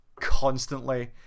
constantly